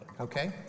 Okay